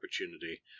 opportunity